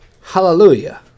Hallelujah